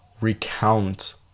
recount